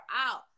out